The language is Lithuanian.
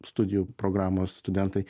studijų programos studentai